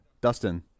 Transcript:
dustin